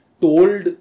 told